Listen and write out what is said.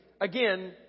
Again